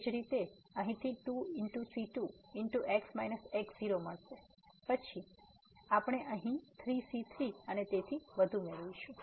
તેવી જ રીતે અહીંથી 2c2x x0 મળશે પછી આપણે અહીં 3c3 અને તેથી વધુ મેળવીશું